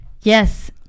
Yes